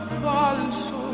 falso